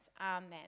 Amen